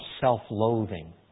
self-loathing